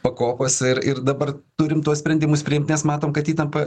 pakopos ir ir dabar turim tuos sprendimus priimt nes matom kad įtampa